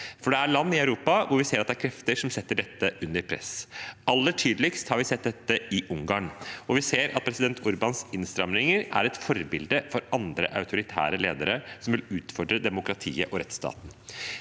for det er land i Europa hvor vi ser at det er krefter som setter dette under press. Aller tydeligst har vi sett dette i Ungarn, hvor vi ser at president Orbáns innstramminger er et forbilde for andre autoritære ledere som vil utfordre demokratiet og rettsstaten.